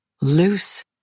loose